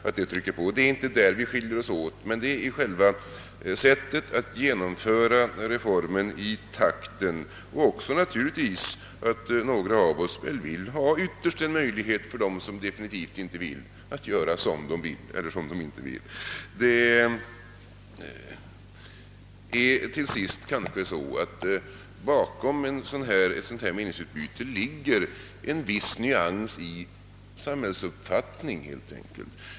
Men det är inte där vi skiljer oss åt, utan det är i fråga om själva sättet och takten att genomföra reformen samt naturligtvis också i det avseendet att några av oss ytterst önskar få en möjlighet för dem som definitivt inte är med på saken att göra som de vill. Bakom ett sådant här meningsutbyte ligger kanske helt enkelt en viss nyansskillnad i samhällsuppfattning.